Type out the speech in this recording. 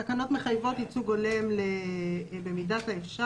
התקנות מחייבות ייצוג הולם במידת האפשר